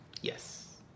yes